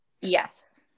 Yes